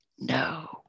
No